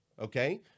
Okay